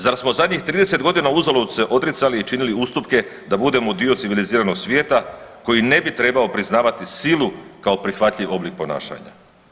Zar smo zadnjih 30 godina uzalud se odricali i činili ustupke da budemo dio civiliziranog svijeta koji ne bi trebao priznavati silu kao prihvatljiv oblik ponašanja.